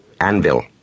Anvil